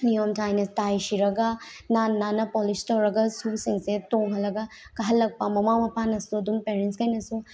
ꯅꯤꯌꯣꯝ ꯇꯥꯏꯅ ꯇꯥꯏ ꯁꯤꯔꯒ ꯅꯥꯟ ꯅꯥꯟꯅ ꯄꯣꯂꯤꯁ ꯇꯧꯔꯒ ꯁꯨꯁꯁꯤꯡꯁꯦ ꯇꯣꯡꯍꯜꯂꯒ ꯀꯥꯍꯜꯂꯛꯄ ꯃꯃꯥ ꯃꯄꯥꯅꯁꯨ ꯑꯗꯨꯝ ꯄꯦꯔꯦꯟꯁꯈꯩꯅꯁꯨ